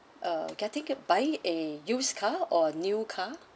uh getting it buying a used car or new car